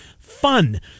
FUN